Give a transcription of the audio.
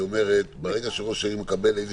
היא אומרת שברגע שראש העיר מקבל איזה